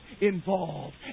involved